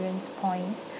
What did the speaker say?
experience point